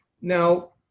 Now